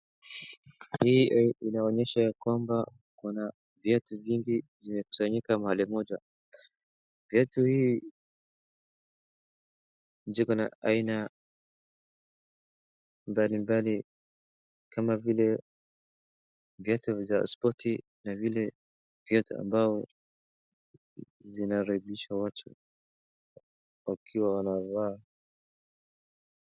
Hii inaonyesha ya kwamba kuna viatu vingi vimekusanyika mahali moja. Viatu hii ziko na aina mbalimbali kama vile viatu vya spoti na vile viatu ambao vinarembesha watu wakiwa wanavaa.